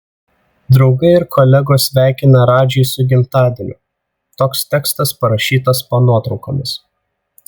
draugai ir kolegos sveikina radžį su gimtadieniu toks tekstas parašytas po nuotraukomis